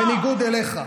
בניגוד אליך.